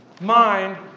mind